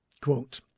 Quote